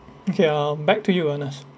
okay uh back to you ernest